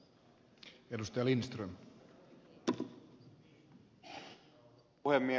arvoisa puhemies